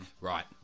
Right